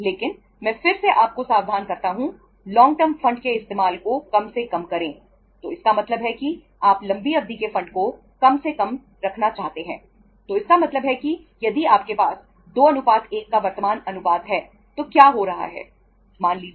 लेकिन मैं फिर से आपको सावधान करता हूं लॉन्ग टर्म फंड कितनी होनी चाहिए